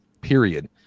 period